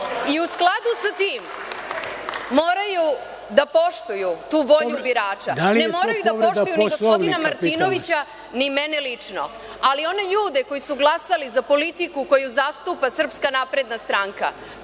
U skladu sa tim, moraju da poštuju tu volju birača. Ne moraju da poštuju ni gospodina Martinovića, ni mene lično, ali one ljude koji su glasali za politiku koju zastupa SNS, to moraju